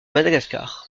madagascar